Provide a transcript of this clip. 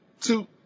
two